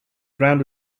ground